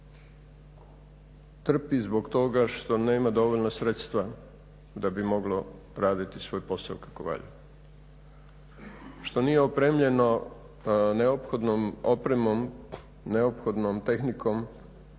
trpi zbog toga što nema dovoljno sredstava da bi moglo raditi svoj posao kako valja, što nije opremljeno neophodnom opremom, neophodnom tehnikom